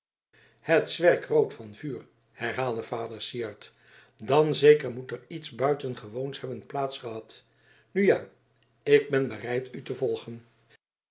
het zwerk rood van vuur herhaalde vader syard dan zeker moet er iets buitengewoons hebben plaats gehad nu ja ik ben bereid u te volgen